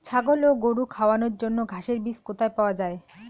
ছাগল ও গরু খাওয়ানোর জন্য ঘাসের বীজ কোথায় পাওয়া যায়?